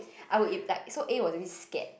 I will eat that so A was really scared